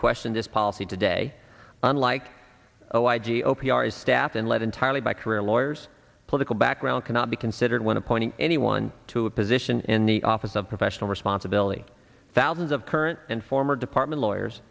question this policy today unlike oh i g o p r's staff happen live entirely by career lawyers political background cannot be considered when appointing anyone to a position in the office of professional responsibility thousands of current and former department lawyers